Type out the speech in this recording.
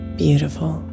beautiful